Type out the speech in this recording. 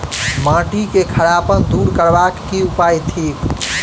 माटि केँ खड़ापन दूर करबाक की उपाय थिक?